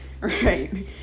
right